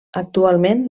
actualment